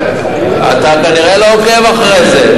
אתה כנראה לא עוקב אחרי זה.